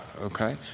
Okay